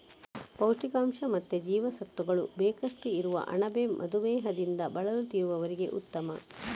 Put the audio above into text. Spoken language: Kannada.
ಪೌಷ್ಟಿಕಾಂಶ ಮತ್ತೆ ಜೀವಸತ್ವಗಳು ಬೇಕಷ್ಟು ಇರುವ ಅಣಬೆ ಮಧುಮೇಹದಿಂದ ಬಳಲುತ್ತಿರುವವರಿಗೂ ಉತ್ತಮ